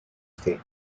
state